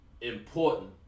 important